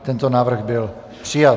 Tento návrh byl přijat.